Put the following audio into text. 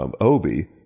Obi